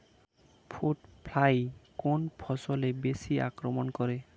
Fruit fly কোন ফসলে বেশি আক্রমন করে?